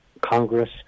Congress